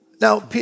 Now